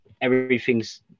everything's